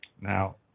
Now